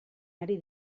ari